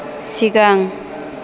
सिगां